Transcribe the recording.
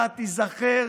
אתה תיזכר